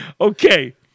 Okay